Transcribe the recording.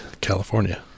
California